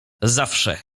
zawsze